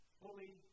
fully